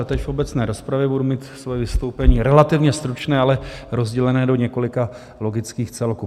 Teď v obecné rozpravě budu mít svoje vystoupení relativně stručné, ale rozdělené do několika logických celků.